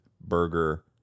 burger